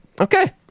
okay